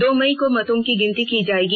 दो मई को मतों की गिनती की जाएगी